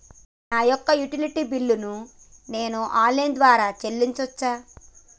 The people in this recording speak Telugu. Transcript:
నా యొక్క యుటిలిటీ బిల్లు ను నేను ఆన్ లైన్ ద్వారా చెల్లించొచ్చా?